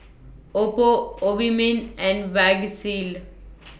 Oppo Obimin and Vagisil